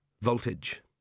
voltage